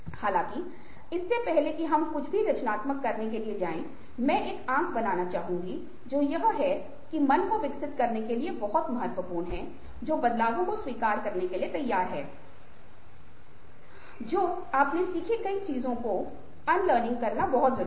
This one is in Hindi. हालांकि इससे पहले कि हम कुछ भी रचनात्मक करने के लिए जाए मैं एक आंक बनाना चाहूंगा जो यह है कि मन को विकसित करने के लिए बहुत महत्वपूर्ण है जो बदलावों को स्वीकार करने के लिए तैयार है जो आपने सीखी गई चीजों को अनलेरनिंग करना बहुत महत्वपूर्ण है